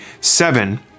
seven